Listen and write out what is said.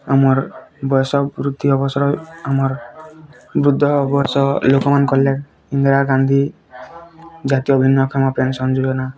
ଆମର୍ ବୟସ ବୃତ୍ତି ଅବସର୍ ଆମର୍ ବୃଦ୍ଧ ବର୍ଷ ଲୋକ ମାନଙ୍କର୍ ଲାଗି ଇନ୍ଦିରା ଗାନ୍ଧୀ ଜାତୀୟ ଭିନ୍ନକ୍ଷମ ପେନସନ୍ ଯୋଜନା